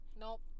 Nope